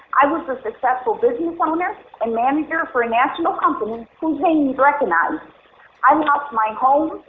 i was a successful business owner and manager for a national company whose name you'd recognize and um lost my home,